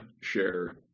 share